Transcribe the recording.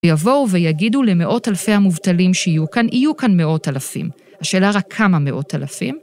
‫יבואו ויגידו למאות אלפי המובטלים ‫שיהיו כאן, יהיו כאן מאות אלפים. ‫השאלה רק כמה מאות אלפים.